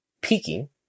peaking